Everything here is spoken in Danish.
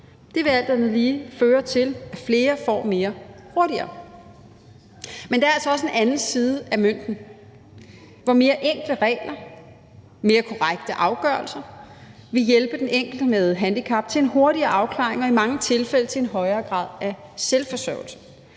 Det vil alt andet lige føre til, at flere får mere hurtigere. Men der er altså også en anden side af mønten. Enklere regler og mere korrekte afgørelser vil hjælpe den enkelte med handicap til en hurtigere afklaring og i mange tilfælde til en højere grad af selvforsørgelse.